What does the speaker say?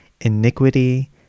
iniquity